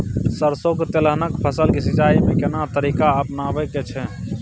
सरसो तेलहनक फसल के सिंचाई में केना तरीका अपनाबे के छै?